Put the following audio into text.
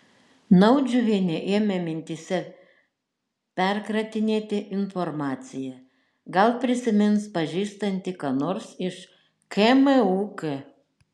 naudžiuvienė ėmė mintyse perkratinėti informaciją gal prisimins pažįstanti ką nors iš kmuk